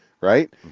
right